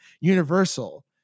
universal